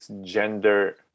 gender